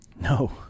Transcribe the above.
No